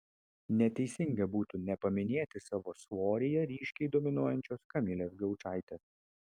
neteisinga būtų nepaminėti savo svoryje ryškiai dominuojančios kamilės gaučaitės